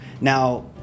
now